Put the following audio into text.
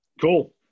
Cool